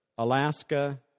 Alaska